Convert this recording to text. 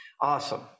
Awesome